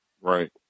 Right